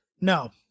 no